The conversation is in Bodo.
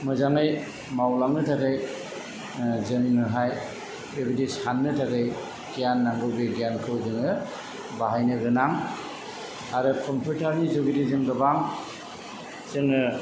मोजाङै मावलांनो थाखाय जोंनोहाय बेबायदि सान्नो थाखाय गियान नांगौ बे गियानखौ जोङो बाहायनो गोनां आरो कम्पिउटार नि जुनै जों गोबां जोङो